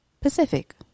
pacific